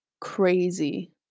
crazy